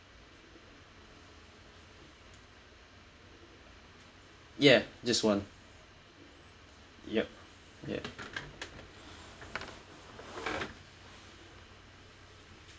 ya just one yup ya